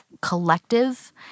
collective